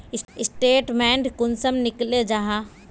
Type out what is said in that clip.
Statement कुंसम निकले जाहा?